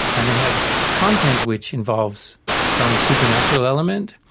and they have content which involves some supernatural element.